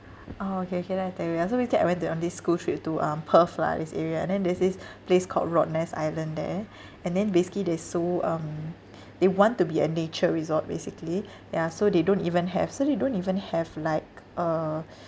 orh okay okay then I tell you ya so basically I went to on this school trip to um perth lah this area and then there's this place called rottnest island there and then basically they so um they want to be a nature resort basically ya so they don't even have suddenly don't even have like a